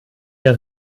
der